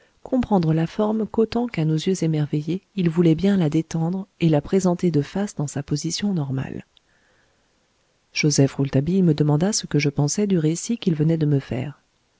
comprendre la forme qu'autant qu'à nos yeux émerveillés il voulait bien la détendre et la présenter de face dans sa position normale joseph rouletabille me demanda ce que je pensais du récit qu'il venait de me faire